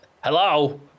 Hello